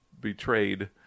betrayed